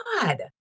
God